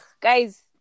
guys